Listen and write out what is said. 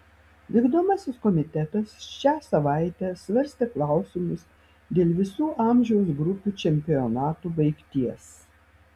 vykdomasis komitetas šią savaitę svarstė klausimus dėl visų amžiaus grupių čempionatų baigties